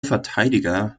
verteidiger